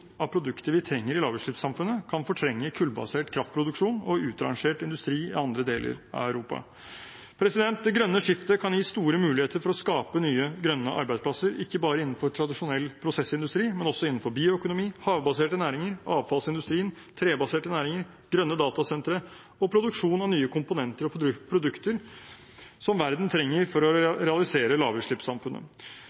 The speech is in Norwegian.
av produkter vi trenger i lavutslippssamfunnet, kan fortrenge kullbasert kraftproduksjon og utrangert industri i andre deler av Europa. Det grønne skiftet kan gi store muligheter for å skape nye grønne arbeidsplasser, ikke bare innenfor tradisjonell prosessindustri, men også innenfor bioøkonomi, havbaserte næringer, avfallsindustrien, trebaserte næringer, grønne datasentre og produksjon av nye komponenter og produkter som verden trenger for å realisere lavutslippssamfunnet.